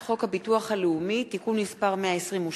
(תיקון, תוכניות ומרכזי טיפול באלימות